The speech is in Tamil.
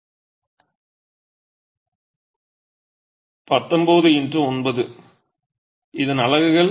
மாணவர் 19 x 9 19 x 9 x 9 இதன் அலகுகள்